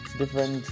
different